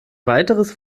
weiteres